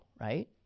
right